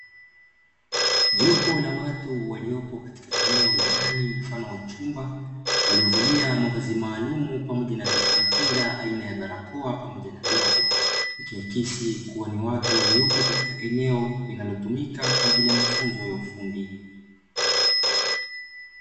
Jopo la watu waliopo katika eneo la ndani mfano wa chumba, waliovalia mavazi maalumu pamoja na vifaa kinga aina ya barakoa pamoja na glavu, ikiakisi kuwa ni watu waliopo katika eneo, linalotumika kwa ajili ya mafunzo ya ufundi.